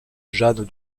jeanne